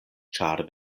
ĉar